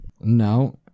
No